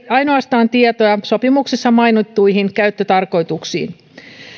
ainoastaan sopimuksessa mainittuihin käyttötarkoituksiin